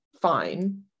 Fine